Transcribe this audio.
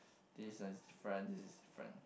this is different this is different